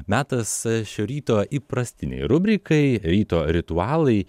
metas šio ryto įprastinei rubrikai ryto ritualai